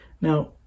Now